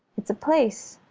it's a place,